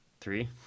Three